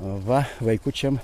o va vaikučiam